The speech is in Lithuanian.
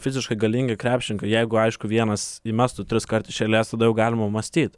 fiziškai galingi krepšininkai jeigu aišku vienas įmestų triskart iš eilės tada daug galima mąstyt